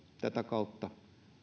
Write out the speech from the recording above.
tätä kautta